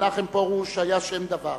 מנחם פרוש היה שם דבר.